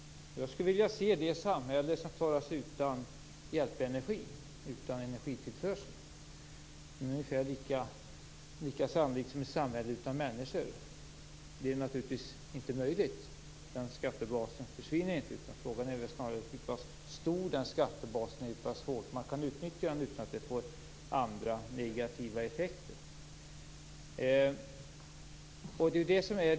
Jag skulle vilja se det samhälle som klarar sig utan hjälpenergi, utan energitillförsel. Det är ungefär lika sannolikt som ett samhälle utan människor. Det är naturligtvis inte möjligt, utan skattebasen försvinner inte. Frågan är snarare hur pass stor den skattebasen är och hur pass hårt man kan utnyttja den utan att det får andra negativa effekter.